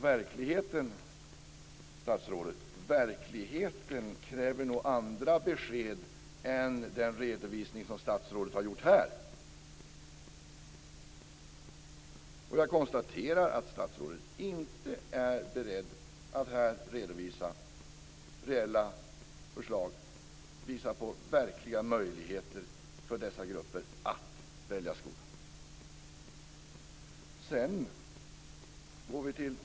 Verkligheten kräver nog andra besked än den redovisning som statsrådet har gett här. Jag konstaterar att statsrådet inte är beredd att här redovisa reella förslag och verkliga möjligheter för dessa grupper att välja skola.